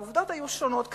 העובדות היו שונות קצת.